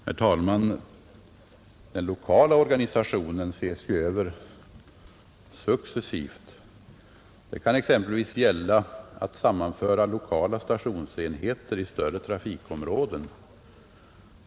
Herr talman! Den lokala organisationen ses ju över successivt. Det kan exempelvis gälla att sammanföra lokala stationsenheter i större trafikområden.